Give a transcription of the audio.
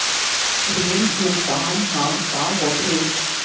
ऋण भुगतान ह का होथे?